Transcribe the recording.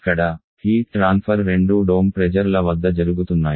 ఇక్కడ heat transfer రెండూ dome pressure ల వద్ద జరుగుతున్నాయి